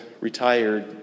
retired